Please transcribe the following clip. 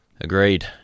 Agreed